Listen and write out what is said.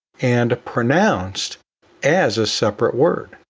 and pronounced as a separate word.